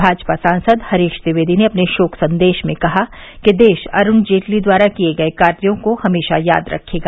भाजपा सांसद हरीश ट्विवेदी ने अपने शोक सन्देश में कहा कि देश अरूण जेटली द्वारा किये गये कार्यो को हमेशा याद रखेगा